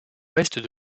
ouest